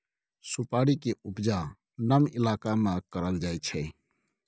सुपारी के उपजा नम इलाका में करल जाइ छइ